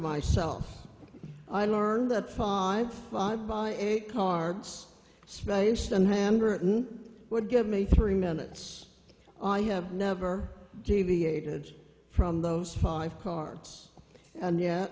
myself i learned that five five by eight cards spaced and handwritten would give me three minutes i have never deviated from those five cards and yet